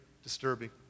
Disturbing